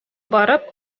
барып